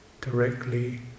Directly